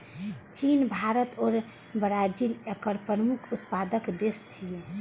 चीन, भारत आ ब्राजील एकर प्रमुख उत्पादक देश छियै